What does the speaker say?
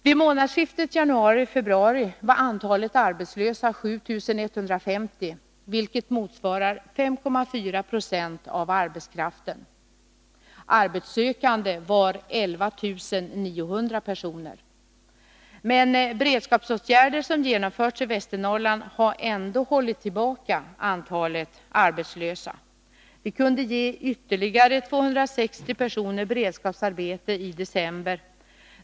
Vid månadsskiftet januari-februari var antalet anmälda arbetslösa 7 150, vilket motsvarar 5,4 96 av arbetskraften. Arbetssökande var 11 900 personer. Men de beredskapsåtgärder som genomförts i Västernorrland har ändå hållit tillbaka antalet arbetslösa. Vi kunde ge ytterligare 260 personer beredskapsarbete i december.